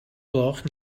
gloch